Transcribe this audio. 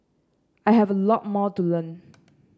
I have a lot more to learn